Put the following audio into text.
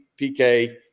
PK